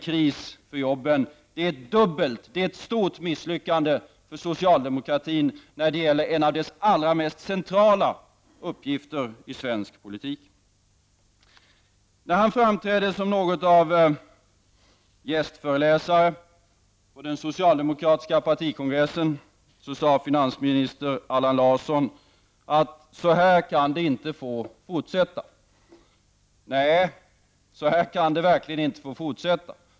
Detta är ett stort misslyckande för socialdemokratin när det gäller en av dess allra mest centrala uppgifter i svensk politik. När finansminister Allan Larsson framträdde som något av gästföreläsare på den socialdemokratiska partikongressen sade han att ''så här kan det inte få fortsätta''. Nej, så här kan det verkligen inte få fortsätta!